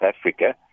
Africa